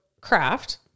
craft